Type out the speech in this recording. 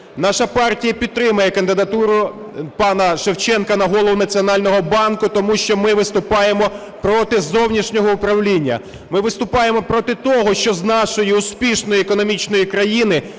Наша партія підтримає кандидатуру пана Шевченка на Голову Національного банку, тому що ми виступаємо проти зовнішнього управління. Ми виступаємо проти того, що з нашої успішної економічної країни